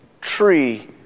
tree